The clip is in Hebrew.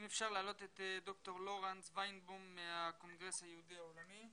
אם אפשר להעלות את ד"ר לורנס ויינבאום מהקונגרס היהודי העולמי.